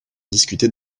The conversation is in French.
discuter